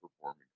performing